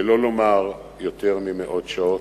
שלא לומר יותר ממאות שעות,